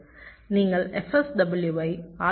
நீங்கள் fSW ஐ ஆல்பாவால் f மாற்றுகிறீர்கள்